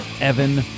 evan